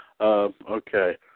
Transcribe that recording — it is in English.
Okay